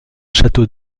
château